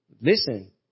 Listen